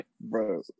Bro